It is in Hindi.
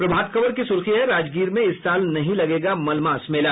प्रभात खबर की सुर्खी है राजगीर में इस साल नहीं लगेगा मलमास मेला